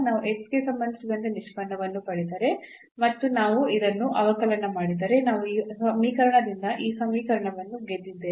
ನಾವು x ಗೆ ಸಂಬಂಧಿಸಿದಂತೆ ನಿಷ್ಪನ್ನವನ್ನು ಪಡೆದರೆ ಮತ್ತು ನಾವು ಇದನ್ನು ಅವಕಲನ ಮಾಡಿದರೆ ನಾವು ಈ ಸಮೀಕರಣದಿಂದ ಈ ಸಮೀಕರಣವನ್ನು ಗೆದ್ದಿದ್ದೇವೆ